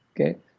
Okay